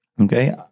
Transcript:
okay